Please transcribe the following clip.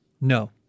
no